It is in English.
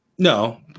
No